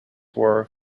were